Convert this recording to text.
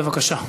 בבקשה.